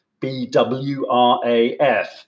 BWRAF